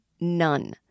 none